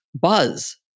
buzz